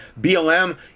BLM